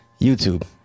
YouTube